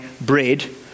bread